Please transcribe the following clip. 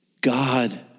God